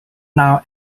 now